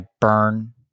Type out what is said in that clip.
burn